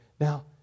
Now